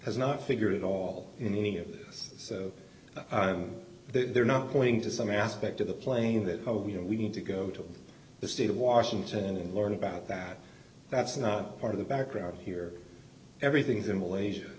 has not figured it all in any of this so that they're not going to some aspect of the plane that you know we need to go to the state of washington and learn about that that's not part of the background here everything is in malaysia